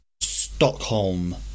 Stockholm